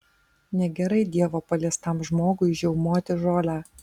negerai dievo paliestam žmogui žiaumoti žolę